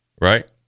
right